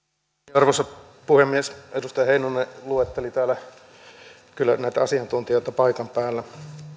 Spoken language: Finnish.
arvoisa puhemies edustaja heinonen luetteli täällä kyllä näitä paikan päällä